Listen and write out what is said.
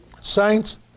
saints